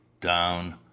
down